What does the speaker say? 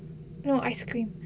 no ice cream